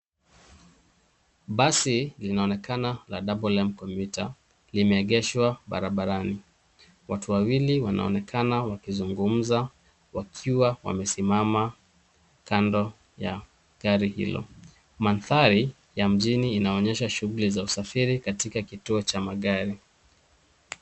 Basi linaonekana la double M commuter limeegeshwa barabarani. Watu wawili wanaonekana wakizungumza wakiwa wamesimama kando ya gari hilo. Mandhari ya mjini inaonyesha shughuli za usafiri katika kituo cha magari.